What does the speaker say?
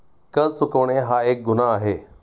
कर चुकवणे हा एक गुन्हा आहे